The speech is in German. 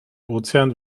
ozean